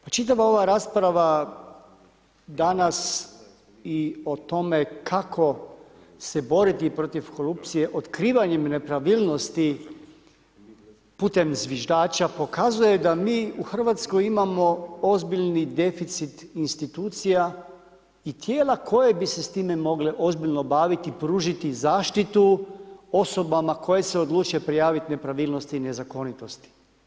Pa čitava ova rasprava danas i o tome kako se boriti protiv korupcije otkrivanjem nepravilnosti putem zviždača, pokazuje da mi u Hrvatskoj imamo ozbiljni deficit institucija i tijela koja bi se s time mogli ozbiljni baviti, pružiti zaštitu osobama koje se odluče prijaviti nepravilnosti i nezakonitosti.